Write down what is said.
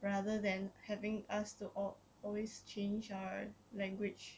rather than having us to al~ always change our language